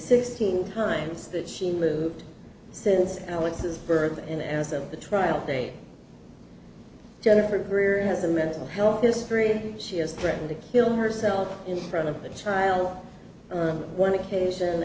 sixteen times that she moved since alex is birth and as of the trial date jennifer greer has a mental health history and she has threatened to kill herself in front of the child on one occasion